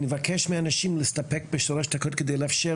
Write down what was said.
אני מבקש מאנשים להסתפק בשלוש דקות כדי לאפשר